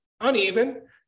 uneven